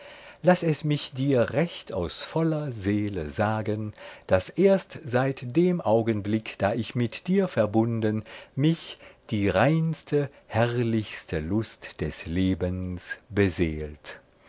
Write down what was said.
laß es mich dir recht aus voller seele sagen daß erst seit dem augenblick da ich mit dir verbunden mich die reinste herrlichste lust des lebens beseelt